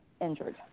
injured